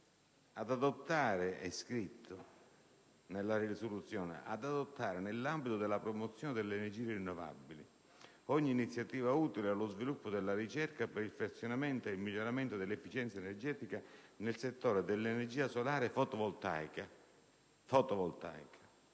come si legge nel dispositivo, "ad adottare nell'ambito della promozione delle energie rinnovabili ogni iniziativa utile allo sviluppo della ricerca per il perfezionamento ed il miglioramento dell'efficienza energetica nel settore dell'energia solare fotovoltaica,